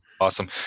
Awesome